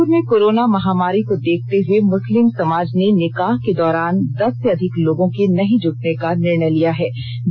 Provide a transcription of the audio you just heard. जमषेदपुर में कोरोना महामारी को देखेते हुए मुस्लिम समाज ने निकाह के दौरान दस से अधिक लोगों के नहीं जुटने का निर्णय लिया है